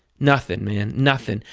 nothing, man, nothing.